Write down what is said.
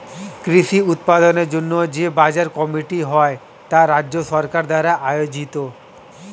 কৃষি উৎপাদনের জন্য যে বাজার কমিটি হয় তা রাজ্য সরকার দ্বারা আয়োজিত